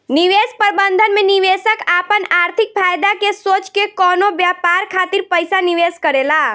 निवेश प्रबंधन में निवेशक आपन आर्थिक फायदा के सोच के कवनो व्यापार खातिर पइसा निवेश करेला